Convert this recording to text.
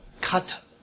cut